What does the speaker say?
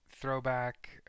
throwback